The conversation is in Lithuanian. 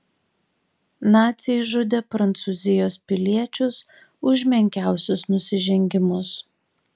naciai žudė prancūzijos piliečius už menkiausius nusižengimus